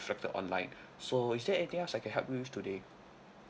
reflected online so is there anything else I can help you with today